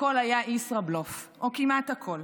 הכול היה ישראבלוף, או כמעט הכול.